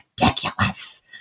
ridiculous